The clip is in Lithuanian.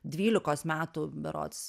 dvylikos metų berods